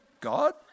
God